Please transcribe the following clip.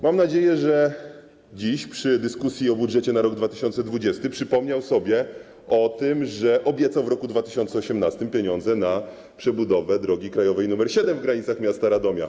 Mam nadzieję, że dziś przy okazji dyskusji o budżecie na rok 2020 przypomniał sobie o tym, że obiecał w roku 2018 pieniądze na przebudowę drogi krajowej nr 7 w granicach miasta Radomia.